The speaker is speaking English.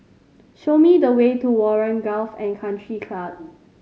show me the way to Warren Golf and Country Club